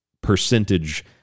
percentage